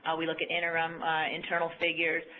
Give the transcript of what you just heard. ah we look at interim internal figures.